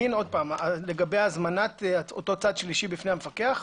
לגבי הזמנת אותו צד שלישי בפני המפקח?